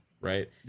right